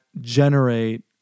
generate